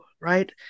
right